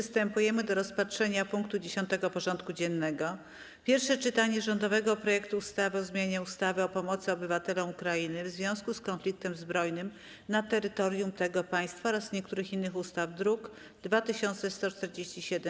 Przystępujemy do rozpatrzenia punktu 10. porządku dziennego: Pierwsze czytanie rządowego projektu ustawy o zmianie ustawy o pomocy obywatelom Ukrainy w związku z konfliktem zbrojnym na terytorium tego państwa oraz niektórych innych ustaw (druk nr 2147)